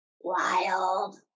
Wild